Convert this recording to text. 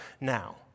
now